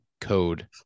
code